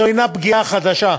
זו אינה פגיעה חדשה,